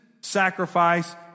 sacrifice